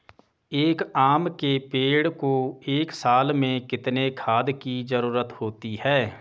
एक आम के पेड़ को एक साल में कितने खाद की जरूरत होती है?